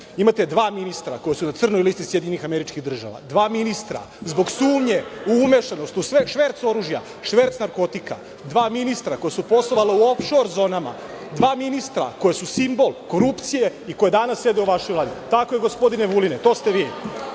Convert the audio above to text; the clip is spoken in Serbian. imate dva ministra koja su na crnoj listi SAD, dva ministra zbog sumnje u umešanost u šverc oružja, šverc narkotika, dva ministra koja su poslovala u ofšor zonama, dva ministra koja su simbol korupcije i koji danas sede u vašoj Vladi. Tako je, gospodine Vuline, to ste